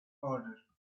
order